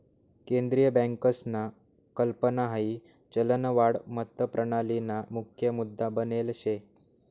केंद्रीय बँकसना कल्पना हाई चलनवाद मतप्रणालीना मुख्य मुद्दा बनेल शे